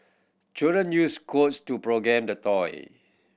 children used codes to the toy